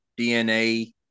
DNA